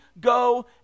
go